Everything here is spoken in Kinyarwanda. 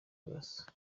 burasa